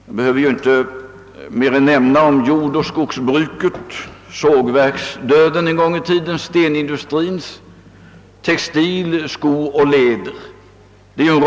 Jag behöver bara nämna jordoch skogsbruket, sågverksdöden en gång i tiden, Sstenindustrin, textilindustrin samt skooch läderindustrin.